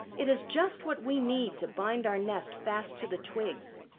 it is just what we need to bind our nest fast to the twigs.